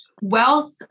wealth